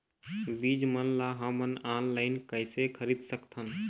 बीज मन ला हमन ऑनलाइन कइसे खरीद सकथन?